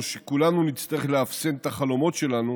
שכולנו נצטרך לאפסן את החלומות שלנו